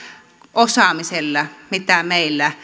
osaamisella mitä meillä